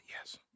yes